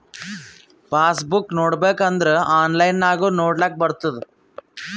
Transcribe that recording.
pass book ನೋಡ್ಬೇಕ್ ಅಂದುರ್ online ನಾಗು ನೊಡ್ಲಾಕ್ ಬರ್ತುದ್